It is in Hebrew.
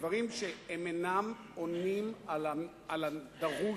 דברים שאינם עונים על הדרוש,